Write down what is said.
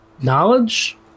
knowledge